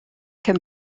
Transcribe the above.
can